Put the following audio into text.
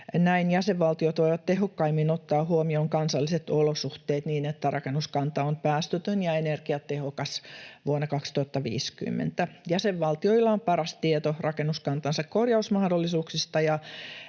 Näin jäsenvaltiot voivat tehokkaimmin ottaa huomioon kansalliset olosuhteet niin, että rakennuskanta on päästötön ja energiatehokas vuonna 2050. Jäsenvaltioilla on paras tieto rakennuskantansa korjausmahdollisuuksista